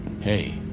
Hey